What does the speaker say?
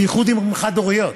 בייחוד אם הן חד-הוריות,